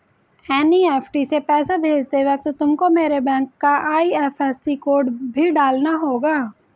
NEFT से पैसा भेजते वक्त तुमको मेरे बैंक का आई.एफ.एस.सी कोड भी डालना होगा